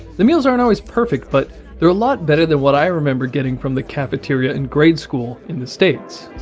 the meals aren't always perfect, but they're a lot better than what i remember getting from the cafeteria in grade school in the states.